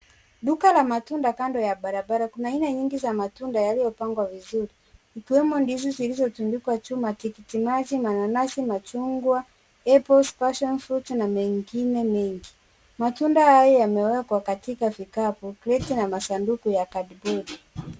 Duka la matunda kando ya barabara kuna aina nyingi za matunda yaliopangwa vizuri, ikiwemo ndizi zilizotundikwa chuma, tikitimaji ,mananasi, machungwa, apples, passion fruits na mengine mengi. Matunda haya yamewekwa katikati vikapu, kreti na masanduku ya cardboard .